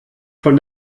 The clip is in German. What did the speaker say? von